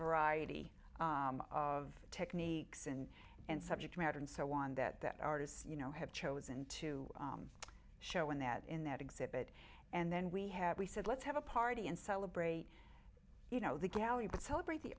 variety of techniques and in subject matter and so on that that artists you know have chosen to show in that in that exhibit and then we have we said let's have a party and celebrate you know the gallery but celebrate the